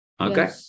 Okay